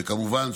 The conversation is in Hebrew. וכמובן,